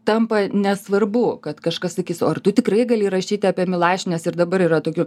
tampa nesvarbu kad kažkas sakys o ar tu tikrai gali rašyti apie milašių nes ir dabar yra tokių